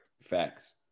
Facts